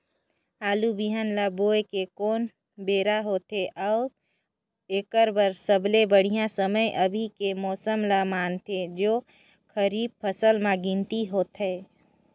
आलू बिहान ल बोये के कोन बेरा होथे अउ एकर बर सबले बढ़िया समय अभी के मौसम ल मानथें जो खरीफ फसल म गिनती होथै?